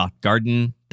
.garden